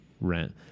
rent